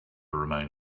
remain